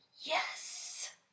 yes